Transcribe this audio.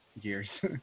years